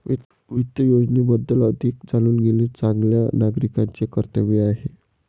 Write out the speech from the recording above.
वित्त योजनेबद्दल अधिक जाणून घेणे चांगल्या नागरिकाचे कर्तव्य आहे